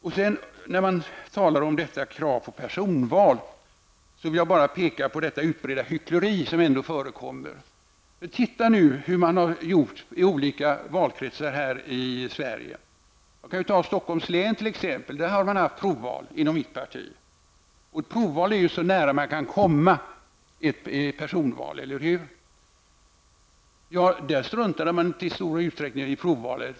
I anslutning till detta krav på personval vill jag peka på det utbredda hyckleri som förekommer. Se hur det har gått till i olika valkretsar i Sverige! I Stockholms län t.ex. har man haft provval inom mitt parti. Ett provval är ju så nära man kan komma ett personval, eller hur? Men här struntade man i stor utsträckning i resultatet av provvalet.